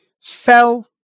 fell